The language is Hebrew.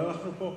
אבל אנחנו פה.